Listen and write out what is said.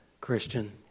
Christian